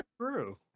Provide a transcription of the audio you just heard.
True